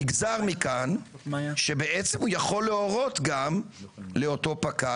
נגזר מכאן שהוא יכול להורות גם לאותו פקד